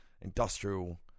industrial